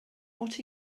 what